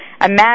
Imagine